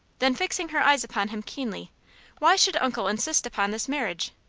then, fixing her eyes upon him keenly why should uncle insist upon this marriage?